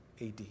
AD